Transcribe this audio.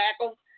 tackle